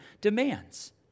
demands